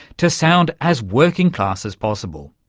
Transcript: to sound as working class as possible.